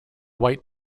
white